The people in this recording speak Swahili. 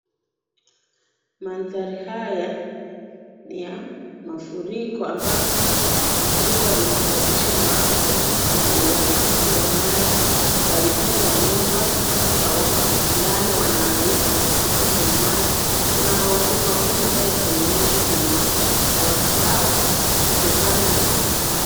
Maandari haya ni ya mafuriko ambapo mafuriko yamesababisha maafa uharibifu wa mali, urabifu wa nyumba, watu hawana pa kulala, wanaangaika wakipitia kwenye maji. Kuna mangonjwa ambayo yataeneswa kwa watu hawa, kutokana na mafuriko haya.